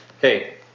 Hey